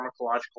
pharmacological